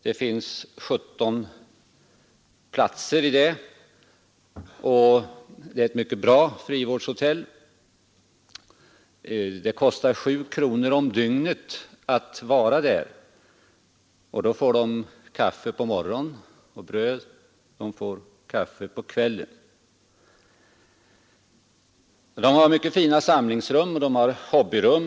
Det finns 17 personer i det, och det kostar 7 kronor om dygnet för dem som bor där. Då får de kaffe med bröd på morgonen och kaffe på kvällen. De har mycket fina samlingsrum och hobbyrum.